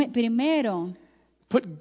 put